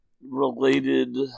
related